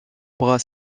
bras